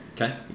Okay